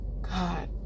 God